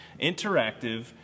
interactive